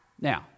Now